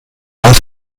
aus